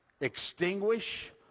extinguish